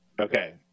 Okay